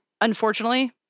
Unfortunately